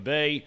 Bay